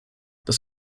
das